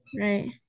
Right